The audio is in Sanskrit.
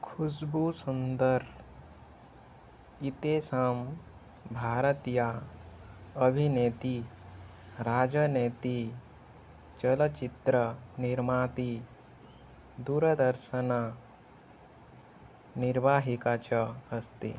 खुश्बू सुन्दर् इत्येषा भारतीया अभिनेत्री राजनेत्री चलच्चित्रनिर्मात्री दूरदर्शननिर्वाहिका च अस्ति